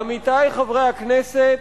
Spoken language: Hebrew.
עמיתי חברי הכנסת,